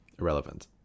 Irrelevant